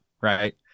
right